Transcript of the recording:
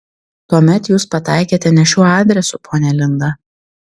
tuomet jūs pataikėte ne šiuo adresu ponia linda